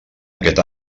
aquest